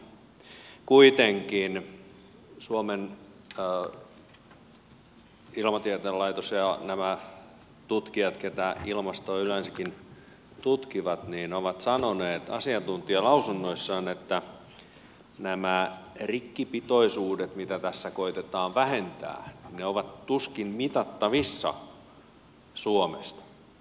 kuitenkin suomen ilmatieteen laitos ja nämä tutkijat ketkä ilmastoa yleensäkin tutkivat ovat sanoneet asiantuntijalausunnoissaan että nämä rikkipitoisuudet mitä tässä koetetaan vähentää ovat tuskin mitattavissa suomessa